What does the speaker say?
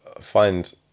find